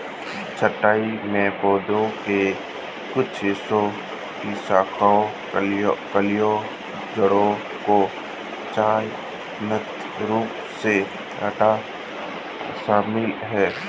छंटाई में पौधे के कुछ हिस्सों शाखाओं कलियों या जड़ों को चयनात्मक रूप से हटाना शामिल है